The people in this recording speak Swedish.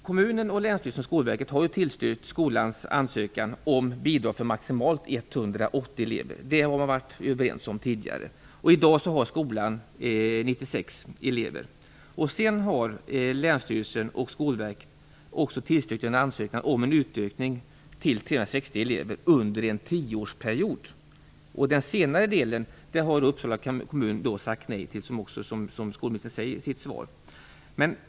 Kommunen, länsstyrelsen och Skolverket har tidigare varit överens om att tillstyrka skolans ansökan om bidrag för maximalt 180 elever. I dag har skolan 96 elever. Länsstyrelsen och Skolverket har också tillstyrkt en ansökan om en utökning till 360 elever under en tioårsperiod. Den senare ansökan har Uppsala kommun sagt nej till, som skolministern säger i sitt svar.